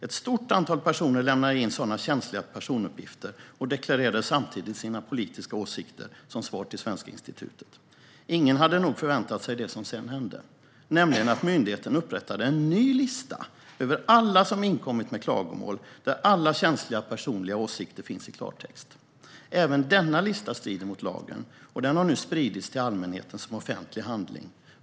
Ett stort antal personer lämnade in sådana känsliga personuppgifter, och deklarerade samtidigt sina politiska åsikter, till Svenska institutet. Ingen hade nog förväntat sig det som sedan hände, nämligen att myndigheten upprättade en ny lista. Den innehöll alla som inkommit med klagomål, och alla känsliga personliga åsikter fanns i klartext. Även denna lista strider mot lagen, och den har nu spridits till allmänheten som offentlig handling.